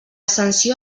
sanció